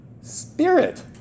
Spirit